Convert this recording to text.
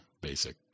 basic